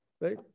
right